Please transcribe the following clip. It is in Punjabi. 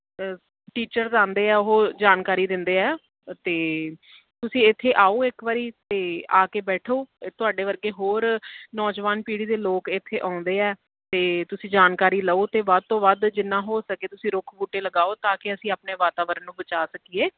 ਟੀਚਰਸ ਆਉਂਦੇ ਆ ਉਹ ਜਾਣਕਾਰੀ ਦਿੰਦੇ ਆ ਅਤੇ ਤੁਸੀਂ ਇੱਥੇ ਆਓ ਇੱਕ ਵਾਰੀ ਅਤੇ ਆ ਕੇ ਬੈਠੋ ਤੁਹਾਡੇ ਵਰਗੇ ਹੋਰ ਨੌਜਵਾਨ ਪੀੜ੍ਹੀ ਦੇ ਲੋਕ ਇੱਥੇ ਆਉਂਦੇ ਆ ਅਤੇ ਤੁਸੀਂ ਜਾਣਕਾਰੀ ਲਓ ਅਤੇ ਵੱਧ ਤੋਂ ਵੱਧ ਜਿੰਨਾ ਹੋ ਸਕੇ ਤੁਸੀਂ ਰੁੱਖ ਬੂਟੇ ਲਗਾਓ ਤਾਂ ਕਿ ਅਸੀਂ ਆਪਣੇ ਵਾਤਾਵਰਨ ਨੂੰ ਬਚਾ ਸਕੀਏ